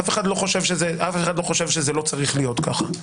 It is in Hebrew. אף אחד לא חושב שזה לא צריך להיות ככה.